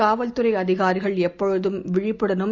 காவல்துறைஅதிகாரிகள்எப்போதும்விழிப்புடனும்